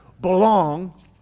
belong